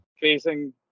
facing